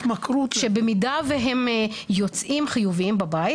שבמידה והם יוצאים חיוביים בבית,